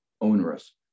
onerous